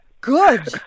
Good